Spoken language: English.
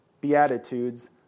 beatitudes